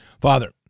Father